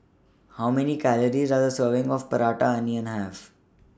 How Many Calories Does A Serving of Prata Onion Have